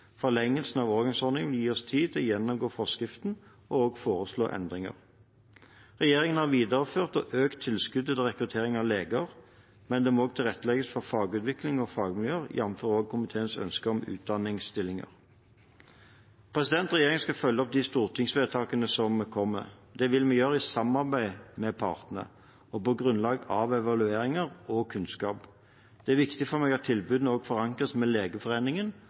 Forlengelsen av overgangsordningen vil gi oss tid til å gjennomgå forskriften og også foreslå endringer. Regjeringen har videreført og økt tilskuddet til rekruttering av leger, men det må også tilrettelegges for fagutvikling og fagmiljøer, jf. også komiteens ønske om utdanningsstillinger. Regjeringen skal følge opp de stortingsvedtakene som kommer. Det vil vi gjøre i samarbeid med partene og på grunnlag av evalueringer og kunnskap. Det er viktig for meg at tilbudene også forankres med Legeforeningen